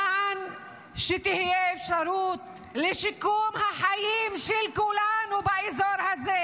כדי שתהיה אפשרות לשיקום החיים של כולנו באזור הזה.